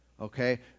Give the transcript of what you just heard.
Okay